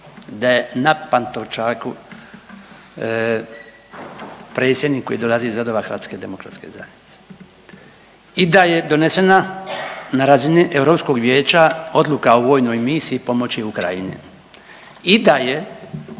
da je na Pantovčaku predsjednik koji dolazi iz redova HDZ-a i da je donesena na razini EU vijeća odluka o vojnoj misiji pomoći Ukrajini i da je